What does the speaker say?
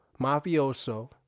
mafioso